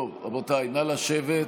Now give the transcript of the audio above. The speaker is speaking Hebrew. רבותיי, נא לשבת,